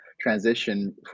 transition